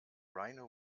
rhino